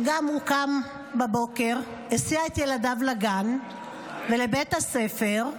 שגם הוא קם בבוקר, הסיע את ילדיו לגן ולבית הספר,